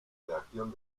reacción